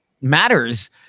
matters